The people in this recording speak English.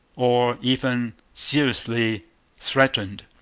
or even seriously threatened.